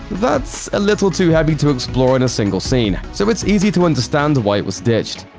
that's a little too heavy to explore in a single scene, so it's easy to understand why it was ditched.